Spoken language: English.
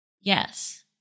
Yes